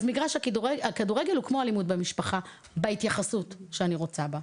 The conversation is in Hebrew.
אז מגרש הכדורגל הוא כמו אלימות במשפחה בהתייחסות שאני רוצה בה.